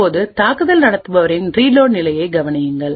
இப்போது தாக்குதல் நடத்துபவரின் ரீலோட் நிலையை கவனியுங்கள்